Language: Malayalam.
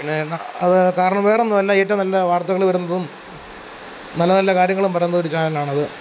പിന്നെ ന അതു കാരണം വേറൊന്നും അല്ല ഏറ്റവും നല്ല വാർത്തകൾ വരുന്നതും നല്ല നല്ല കാര്യങ്ങളും പറയുന്നൊരു ചാനലാണത്